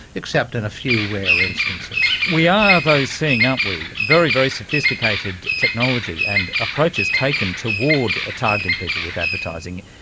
except in a few rare instances. we are though seeing, aren't we, very, very sophisticated technology and approaches taken toward ah targeting people with advertising.